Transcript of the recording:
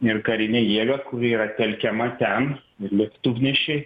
ir karinę jėgą kuri yra telkiama ten ir lėktuvnešiai